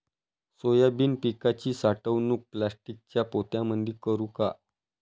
Soybean पिकाची साठवणूक प्लास्टिकच्या पोत्यामंदी करू का?